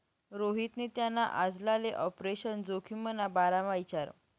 रोहितनी त्याना आजलाले आपरेशन जोखिमना बारामा इचारं